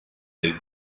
del